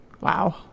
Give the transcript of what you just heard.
Wow